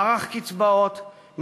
מערך קצבאות,